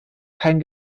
kein